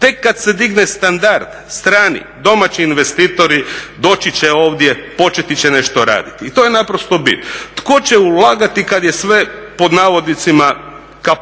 Tek kad se digne standard, strani, domaći investitori doći će ovdje i početi će nešto raditi. I to je naprosto bit. Tko će ulagati kad je sve pod navodnicima "kaput"?